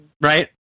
Right